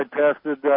tested